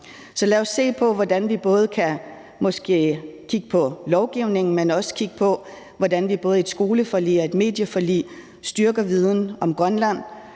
Så lad os se på, hvordan vi måske både kan kigge på lovgivningen, men også kigge på, hvordan vi i både et skoleforlig og et medieforlig styrker viden om Grønland.